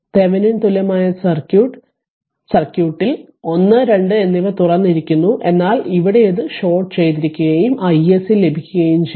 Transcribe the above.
Thevenin തുല്യമായ circuit ൽ 1 2 എന്നിവ തുറന്നിരിക്കുന്നു എന്നാൽ ഇവിടെ ഇത് ഷോർട്ട് ചെയ്തിരികുകയും iSC ലഭിക്കുകയും ചെയ്തു